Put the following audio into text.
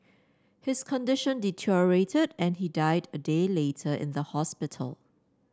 his condition deteriorated and he died a day later in the hospital